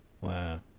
Wow